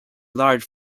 large